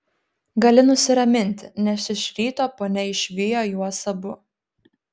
gali nusiraminti nes iš ryto ponia išvijo juos abu